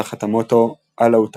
תחת המוטו "אללה הוא תכליתה,